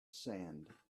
sand